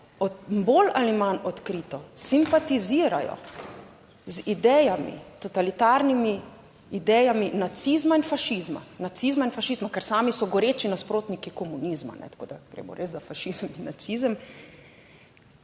bolj ali manj odkrito simpatizirajo z idejami, totalitarnimi idejami nacizma in fašizma, nacizma in fašizma, ker sami so goreči nasprotniki komunizma, tako da gre res za fašizem in nacizem,